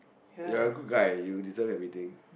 you're a good guy you deserve everything